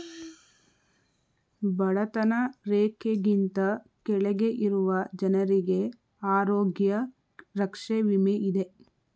ಬಡತನ ರೇಖೆಗಿಂತ ಕೆಳಗೆ ಇರುವ ಜನರಿಗೆ ಆರೋಗ್ಯ ರಕ್ಷೆ ವಿಮೆ ಇದೆ